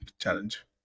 challenge